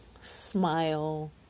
Smile